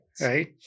Right